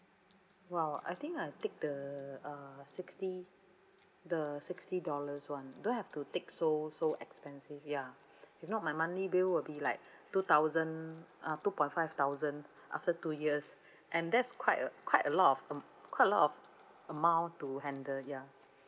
!wow! I think I take the uh sixty the sixty dollars [one] don't have to take so so expensive ya if not my monthly bill will be like two thousand uh two point five thousand after two years and that's quite a quite a lot of a~ quite a lot of amount to handle ya